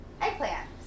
eggplant